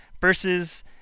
versus